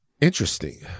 Interesting